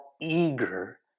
eager